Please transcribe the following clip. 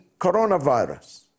coronavirus